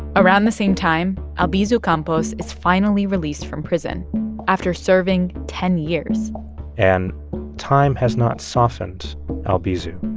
around the same time, albizu campos is finally released from prison after serving ten years and time has not softened albizu.